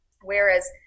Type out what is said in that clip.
whereas